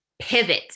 pivot